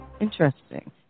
interesting